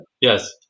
Yes